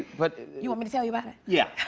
but you want me to tell you about it? yeah.